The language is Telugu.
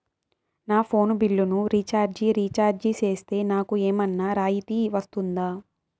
నా ఫోను బిల్లును రీచార్జి రీఛార్జి సేస్తే, నాకు ఏమన్నా రాయితీ వస్తుందా?